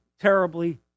terribly